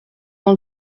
dans